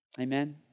Amen